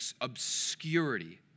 obscurity